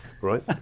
right